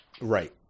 right